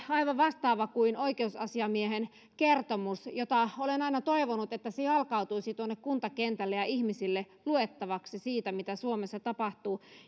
aivan vastaava kuin oikeusasiamiehen kertomus josta olen aina toivonut että se jalkautuisi tuonne kuntakentälle ja ihmisille luettavaksi siitä mitä suomessa tapahtuu